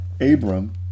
Abram